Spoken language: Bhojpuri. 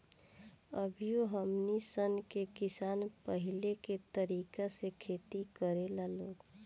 अभियो हमनी सन के किसान पाहिलके तरीका से खेती करेला लोग